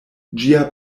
ĝia